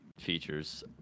features